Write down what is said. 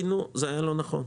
לשיטתנו, זה היה לא נכון.